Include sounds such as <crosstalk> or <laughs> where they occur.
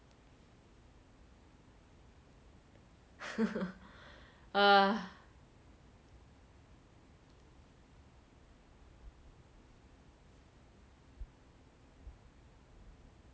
<laughs> uh